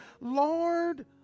Lord